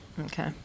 Okay